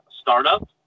Startup